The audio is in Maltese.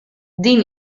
din